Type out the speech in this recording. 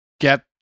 get